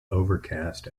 overcast